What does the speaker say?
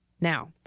Now